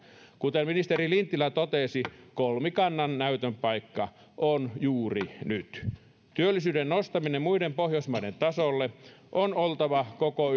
kuten ministeri lintilä totesi kolmikannan näytönpaikka on juuri nyt työllisyyden nostaminen muiden pohjoismaiden tasolle on oltava koko